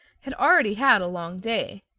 had already had a long day.